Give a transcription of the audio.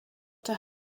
der